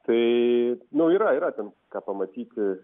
tai nu yra yra ten ką pamatyti